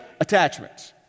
attachments